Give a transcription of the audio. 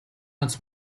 ганц